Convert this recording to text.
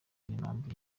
n’impamvu